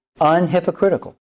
unhypocritical